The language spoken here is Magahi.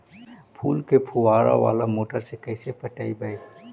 फूल के फुवारा बाला मोटर से कैसे पटइबै?